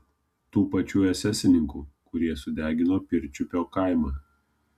tų pačių esesininkų kurie sudegino pirčiupio kaimą